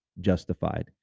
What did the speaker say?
justified